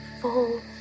full